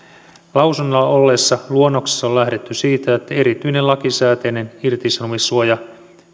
lausunnolla olleessa luonnoksessa on lähdetty siitä että erityinen lakisääteinen irtisanomissuoja